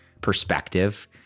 perspective